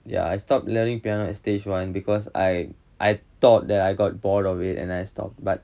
ya I stopped learning piano at stage one because I I thought that I got bored of it and I stopped but